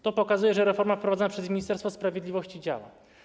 To pokazuje, że reforma wprowadzona przez Ministerstwo Sprawiedliwości działa.